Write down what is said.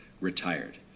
retired